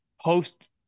post